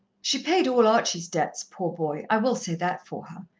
she paid all archie's debts, poor boy i will say that for her.